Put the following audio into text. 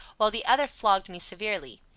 while the other flogged me severely.